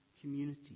community